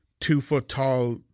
two-foot-tall